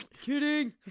kidding